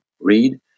read